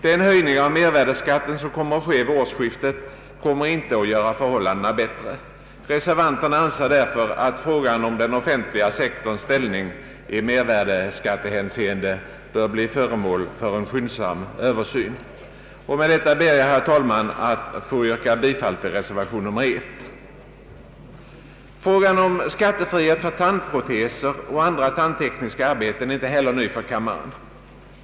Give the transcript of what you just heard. Den höjning av mervärdeskatten som kommer att ske vid årsskiftet kommer inte att göra förhållandena bättre. Reservanterna anser därför att frågan om den offentliga sektorns ställning i mervärdeskattehänseende bör bli föremål för en skyndsam översyn. Med detta ber jag, herr talman, att få yrka bifall till reservation 1. Frågan om skattefrihet för tandproteser och andra tandtekniska arbeten är inte heller ny för kammaren.